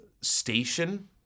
Station